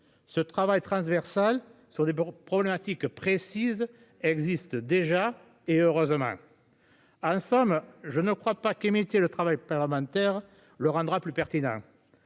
Ce travail transversal sur des problématiques précises existent déjà et heureusement. En somme, je ne crois pas qu'imiter le travail parlementaire le rendra plus pertinent.